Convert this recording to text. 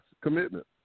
commitment